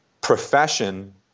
profession